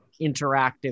interactive